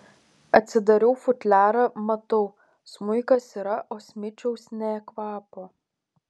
atsidarau futliarą matau smuikas yra o smičiaus nė kvapo